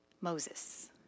Moses